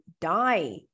die